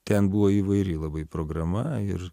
ten buvo įvairi labai programa ir